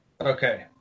Okay